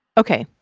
okay.